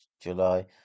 July